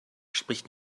spricht